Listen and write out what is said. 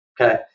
Okay